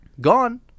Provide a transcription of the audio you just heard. Gone